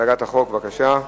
הצגת החוק, בבקשה.